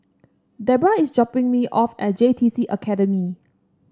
Deborah is dropping me off at J T C Academy